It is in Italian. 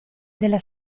della